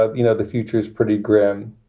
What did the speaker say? ah you know, the future is pretty grim.